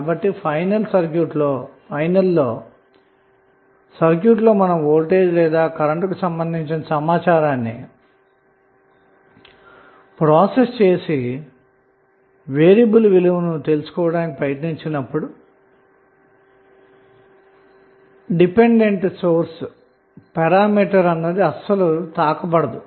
కాబట్టి final circuit లో మనం వోల్టేజ్ లేదా కరెంట్కు సంబంధించిన సమాచారాన్ని ప్రాసెస్ చేసి వేరియబుల్ విలువను తెలుసుకోవడానికి ప్రయత్నించినప్పుడు డిపెండెంట్ సోర్స్ పరామితి అన్నది అసలు తాకబడదు